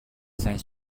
сайн